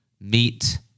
Meet